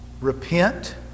Repent